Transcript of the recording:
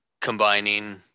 combining